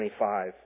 25